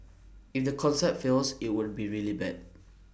if the concept fails IT will be really bad